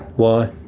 why?